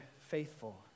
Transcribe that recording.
faithful